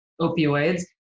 opioids